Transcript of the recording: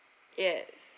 yes